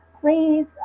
Please